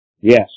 Yes